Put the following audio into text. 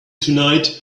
tonight